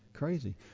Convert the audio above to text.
Crazy